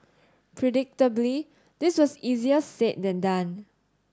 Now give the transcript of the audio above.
predictably this was easier said than done